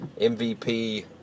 MVP